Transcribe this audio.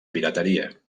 pirateria